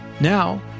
Now